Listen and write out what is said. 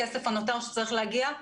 הכסף הנותר שצריך להגיע,